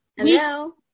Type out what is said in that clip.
Hello